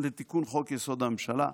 לתיקון חוק-יסוד: הממשלה,